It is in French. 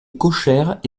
cochère